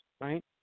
Right